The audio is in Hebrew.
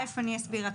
אסביר.